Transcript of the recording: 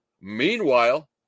Meanwhile